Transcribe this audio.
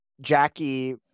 Jackie